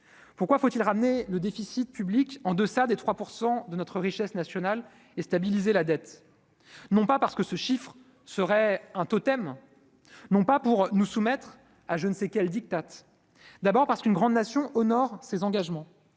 pourquoi faut-il ramener le déficit public en deçà des 3 % de notre richesse nationale et stabiliser la dette, non pas parce que ce chiffre serait un totem, non pas pour nous soumettre à je ne sais quel diktats d'abord parce qu'une grande nation honore ses engagements,